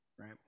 Right